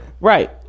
Right